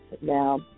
Now